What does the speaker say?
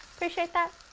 appreciate that.